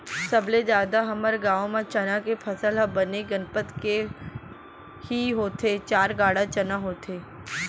सबले जादा हमर गांव म चना के फसल ह बने गनपत के ही होथे चार गाड़ा चना होथे